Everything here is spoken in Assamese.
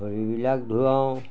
গুৰিবিলাক ধুৱাওঁ